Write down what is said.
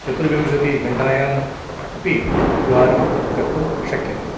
चतुर्विंशतिघण्टायाम् अपि व्यवहारं कर्तुं शक्यते